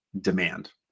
Demand